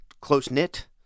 close-knit